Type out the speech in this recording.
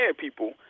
people